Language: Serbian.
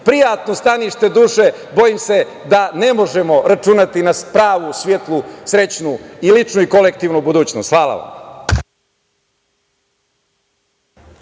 prijatno stanište duše bojim se da ne možemo računati na pravi, svetlu, srećnu i ličnu i kolektivnu budućnost. Hvala.